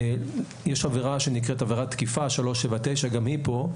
יש עבירה שנקראת עבירת תקיפה, 379, גם היא פה,